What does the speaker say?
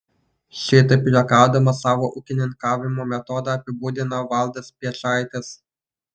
šitaip juokaudamas savo ūkininkavimo metodą apibūdina valdas piečaitis